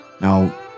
Now